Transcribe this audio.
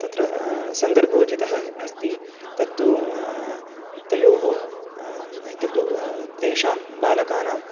तत्र सन्दर्भोचितः अस्ति तत्तु तयोः इत्युक्तौ तेषां बालकानाम्